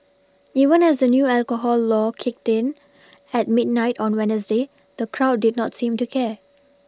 even as the new alcohol law kicked in at midnight on wednesday the crowd did not seem to care